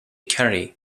kerry